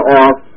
off